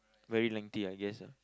very lengthy I guess ah